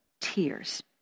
tears